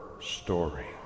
story